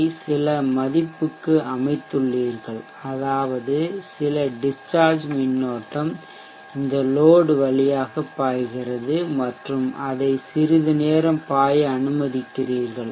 யை சில மதிப்புக்கு அமைத்துள்ளீர்கள் அதாவது சில டிஷ்சார்ஜ் மின்னோட்டம் இந்த லோட் வழியாக பாய்கிறது மற்றும் அதை சிறிது நேரம் பாய அனுமதிக்கிறீர்கள்